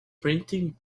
printing